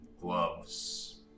Gloves